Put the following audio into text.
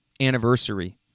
anniversary